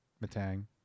Matang